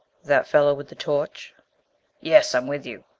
that fellow with the torch yes. i'm with you.